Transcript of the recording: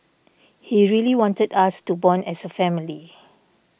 he really wanted us to bond as a family